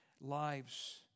lives